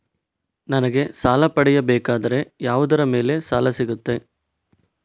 ನನಗೆ ಸಾಲ ಪಡೆಯಬೇಕಾದರೆ ಯಾವುದರ ಮೇಲೆ ಸಾಲ ಸಿಗುತ್ತೆ?